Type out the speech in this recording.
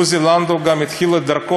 עוזי לנדאו גם התחיל את דרכו,